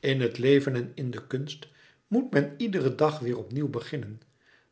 in het leven en in de kunst moet men iedereen dag weêr opnieuw beginnen